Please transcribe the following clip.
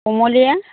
কোমলীয়া